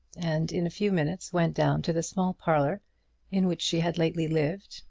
and in a few minutes went down to the small parlour in which she had lately lived,